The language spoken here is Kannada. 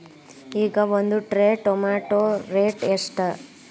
ಈಗ ಒಂದ್ ಟ್ರೇ ಟೊಮ್ಯಾಟೋ ರೇಟ್ ಎಷ್ಟ?